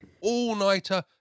all-nighter